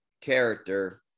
character